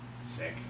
Sick